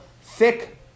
thick